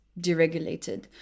deregulated